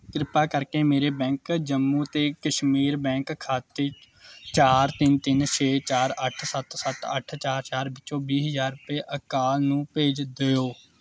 ਕ੍ਰਿਪਾ ਕਰਕੇ ਮੇਰੇ ਬੈਂਕ ਜੰਮੂ ਅਤੇ ਕਸ਼ਮੀਰ ਬੈਂਕ ਖਾਤੇ ਚਾਰ ਤਿੰਨ ਤਿੰਨ ਛੇ ਚਾਰ ਅੱਠ ਸੱਤ ਸੱਤ ਅੱਠ ਚਾਰ ਚਾਰ ਵਿੱਚੋਂ ਵੀਹ ਹਜ਼ਾਰ ਰੁਪਏ ਅਕਾਲ ਨੂੰ ਭੇਜ ਦਿਓ